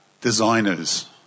designers